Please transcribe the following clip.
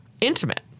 intimate